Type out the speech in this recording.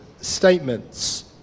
statements